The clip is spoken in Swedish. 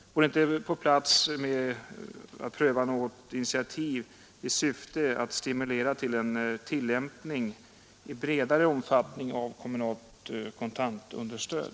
Vore det inte på sin plats att pröva något initiativ i syfte att stimulera till en tillämpning i bredare omfattning av kommunalt kontantstöd?